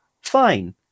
fine